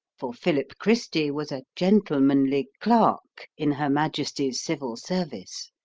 for philip christy was a gentlemanly clerk in her majesty's civil service.